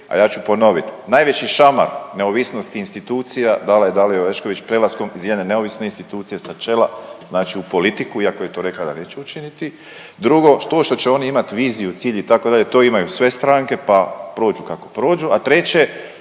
a ja ću ponoviti najveći šamar neovisnosti institucija dala je Dalija Orešković prelaskom iz jedne neovisne institucije sa čela znači u politiku iako je to rekla da neće učiniti. Drugo to što će oni imati viziju, cilj itd. to imaju sve stranke pa prođu kako prođu. A treće